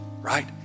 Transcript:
right